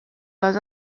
les